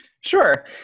Sure